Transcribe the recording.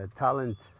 talent